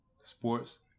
Sports